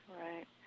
right